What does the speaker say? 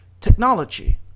technology